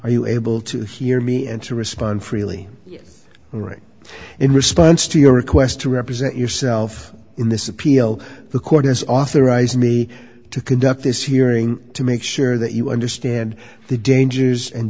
are you able to hear me and to respond freely all right in response to your request to represent yourself in this appeal the court has authorized me to conduct this hearing to make sure that you understand the dangers and